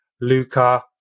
luca